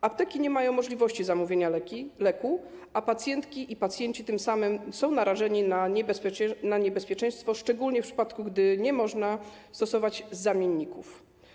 Apteki nie mają możliwości zamówienia leku, a pacjentki i pacjenci tym samym są narażeni na niebezpieczeństwo, szczególnie w przypadku gdy nie można stosować zamienników.